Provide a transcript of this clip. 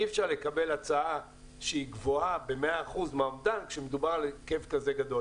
אי אפשר לקבל הצעה שהיא גבוהה מ-100% מהאומדן כשמדובר בהיקף כזה גדול.